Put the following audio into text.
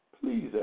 Please